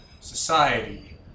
society